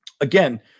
again